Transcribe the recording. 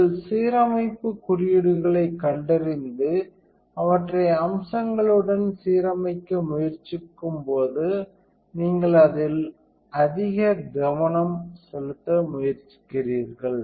உங்கள் சீரமைப்பு குறியீடுகளைக் கண்டறிந்து அவற்றை அம்சங்களுடன் சீரமைக்க முயற்சிக்கும்போது நீங்கள் அதில் கவனம் செலுத்த முயற்சிக்கிறீர்கள்